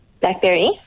Blackberry